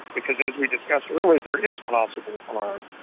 because, as we discussed earlier, there is possible harm.